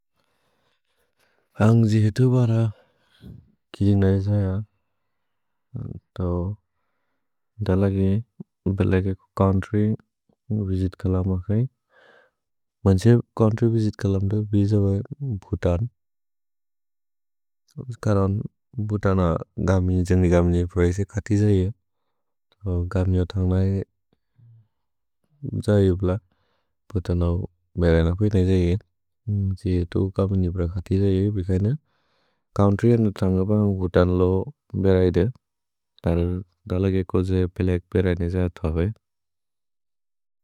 औन्ग् जि हेतु बर किजिन्ग् नै सा या। तौ द लगि बेलेगेकु चोउन्त्र्य् विसित् कलमक् नै। मन्छे चोउन्त्र्य् विसित् कलम्द विस बै भुतन्। उस् करन् भुतन गमि, जेन्दि गमिने प्रैसे खति जै या। तौ गमिने थन्ग् नै जा युप्ल भुतनौ मेरे न पुइत् नै जै या। औन्ग् जि हेतु गमिने प्रसे खति जै या युप्ल भिखै न। छोउन्त्र्य् विसित् थन्ग् नै ब भुतनौ मेरे नै जै या। तौ द लगि कोजे बेलेगेकु मेरे नै जै या थौ है।